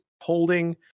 Holding